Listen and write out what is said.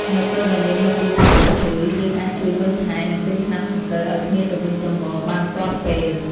នៅពេលដែលមានមិត្តរួមបន្ទប់ឈឺ យើងអាចជួយមើលថែ និងទិញថ្នាំសង្កូវឱ្យគ្នាទៅវិញទៅមកបានទាន់ពេល។